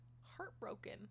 heartbroken